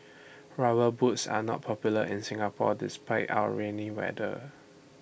rubber boots are not popular in Singapore despite our rainy weather